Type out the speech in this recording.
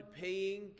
paying